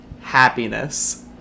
happiness